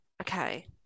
Okay